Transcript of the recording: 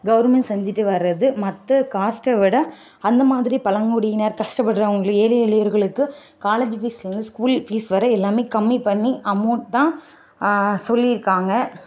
government செஞ்சுட்டு வர்றது மற்ற காஸ்ட்டை விட அந்த மாதிரி பழங்குடியினர் கஷ்டப்படுறவங்களும் ஏழை எளியவர்களுக்கு காலேஜ் ஃபீஸ்லேருந்து ஸ்கூல் ஃபீஸ் வரை எல்லாமே கம்மி பண்ணி அமௌண்ட் தான் சொல்லியிருக்காங்க